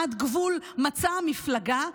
עד גבול מצע המפלגה.